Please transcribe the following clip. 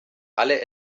alle